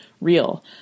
real